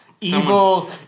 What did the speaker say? evil